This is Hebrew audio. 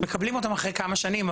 מקבלים אותם אחרי כמה שנים.